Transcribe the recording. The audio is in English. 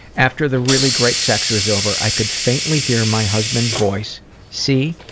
after the really great sex was over, i could faintly hear my husband's voice see?